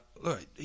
look